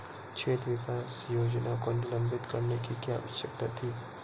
क्षेत्र विकास योजना को निलंबित करने की क्या आवश्यकता थी?